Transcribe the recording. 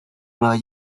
nueva